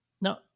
Now